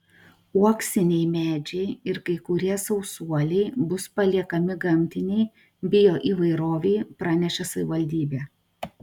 uoksiniai medžiai ir kai kurie sausuoliai bus paliekami gamtinei bioįvairovei pranešė savivaldybė